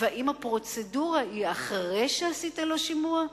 והאם הפרוצדורה היא אחרי שעשית לו שימוע?